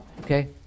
okay